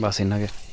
बस इन्ना गै